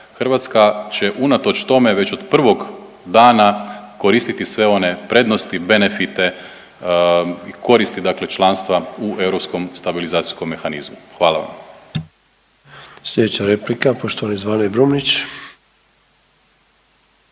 Hrvatska će unatoč tome već od prvog dana koristiti sve one prednosti, benefite i koristi dakle članstva u Europskom stabilizacijskom mehanizmu. Hvala vam. **Sanader, Ante (HDZ)** Slijedeća replika, poštovani Zvane Brumnić.